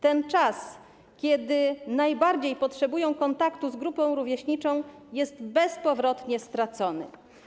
Ten czas, kiedy najbardziej potrzebują kontaktu z grupą rówieśniczą, jest bezpowrotnie stracony.